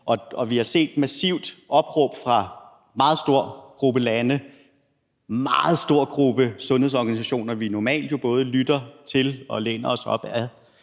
Og vi har set et massivt opråb fra en meget stor gruppe af lande og en meget stor gruppe af sundhedsorganisationer, som vi normalt jo både lytter til og læner os op ad.